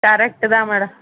correct தான் madam